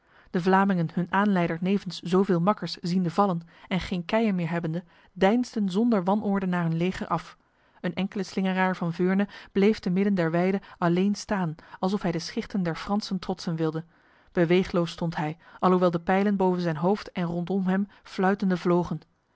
de vlamingen hun aanleider nevens zoveel makkers ziende vallen en geen keien meer hebbende deinsden zonder wanorde naar hun leger af een enkele slingeraar van veurne bleef te midden der weide alleen staan alsof hij de schichten der fransen trotsen wilde beweegloos stond hij alhoewel de pijlen boven zijn hoofd en rondom hem fluitende vlogen